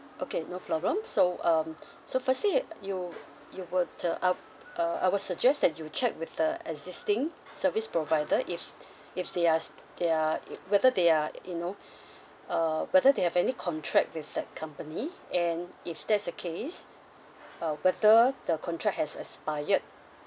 okay no problem so um so firstly you you would uh up uh I would suggest that you check with the existing service provider if if they ask they are it whether they are you know uh whether they have any contract with that company and if that's the case uh whether the contract has expired